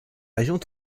régions